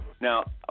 Now